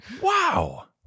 Wow